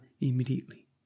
immediately